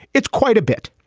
it's quite a bit.